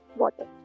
water